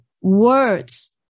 words